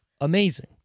Amazing